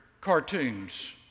cartoons